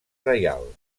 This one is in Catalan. reial